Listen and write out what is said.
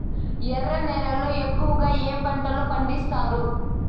ఎర్ర నేలల్లో ఎక్కువగా ఏ పంటలు పండిస్తారు